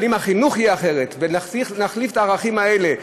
אבל אם החינוך יהיה אחרת ונחליף את הערכים האלה,